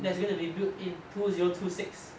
that's going to be built in two zero two six